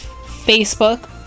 Facebook